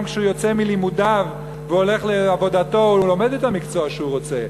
גם כשהוא יוצא מלימודיו והולך לעבודתו הוא לומד את המקצוע שהוא רוצה,